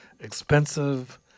expensive